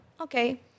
okay